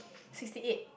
sixty eight